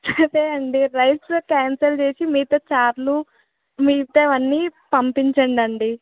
అదే అండి రైస్లు క్యాన్సిల్ చేసి మిగతా చార్లు మిగతావన్నీ పంపించండండి